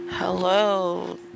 Hello